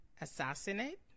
Assassinate